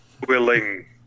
Willing